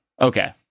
Okay